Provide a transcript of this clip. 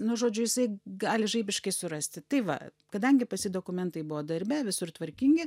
nu žodžiu jisai gali žaibiškai surasti tai va kadangi pas jį dokumentai buvo darbe visur tvarkingi